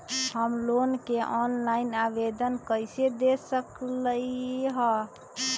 हम लोन के ऑनलाइन आवेदन कईसे दे सकलई ह?